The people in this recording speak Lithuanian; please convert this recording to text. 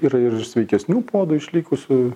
yra ir iš sveikesnių puodų išlikusių